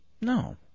No